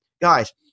guys